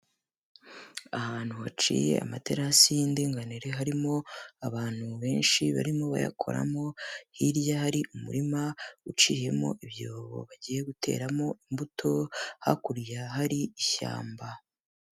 Ahantu haciye amaterasi y'indiganire harimo abantu benshi barimo bayakoramo, hirya hari umurima uciyemo ibyobo bagiye guteramo imbuto, hakurya hari ishyamba.